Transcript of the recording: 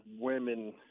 women—